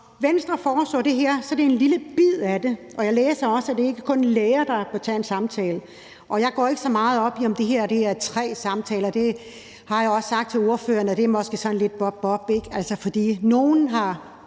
Venstre foreslår det her, er det en lille bid af det, og jeg læser det også sådan, at det ikke kun er læger, der bør tage en samtale. Jeg går ikke så meget op i, om det er tre samtaler, og det har jeg også sagt til ordføreren måske er sådan lidt bob bob, ikke? Altså, nogen har